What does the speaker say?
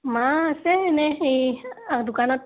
মা আছে এনেই এই দোকানত